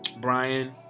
Brian